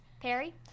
Perry